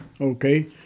okay